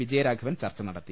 V Jayaraghavan ചർച്ചനടത്തി